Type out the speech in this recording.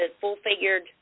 full-figured